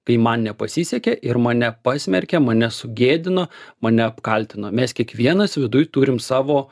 kai man nepasisekė ir mane pasmerkė mane sugėdino mane apkaltino mes kiekvienas viduj turim savo